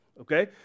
okay